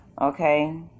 Okay